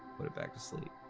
but it back to sleep.